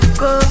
go